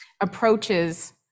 approaches